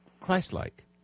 Christ-like